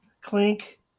clink